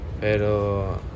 Pero